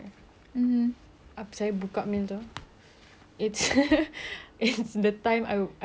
it's it's the time I didn't invest on someone when I had the time